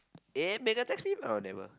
ya make up last week text me